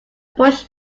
bush